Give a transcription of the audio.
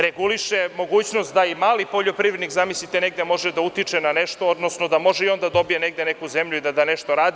Reguliše mogućnost da i mali poljoprivrednik, zamislite, negde može da utiče na nešto, odnosno da može i on da dobije negde neku zemlju ili da nešto radi.